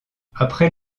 après